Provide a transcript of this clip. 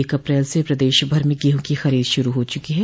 एक अप्रैल से प्रदेश भर में गेहूँ की खरीद शुरू हो चुकी है